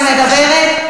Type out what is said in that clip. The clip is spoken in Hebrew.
אני מדברת.